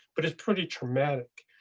but it's pretty traumatic.